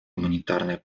гуманитарной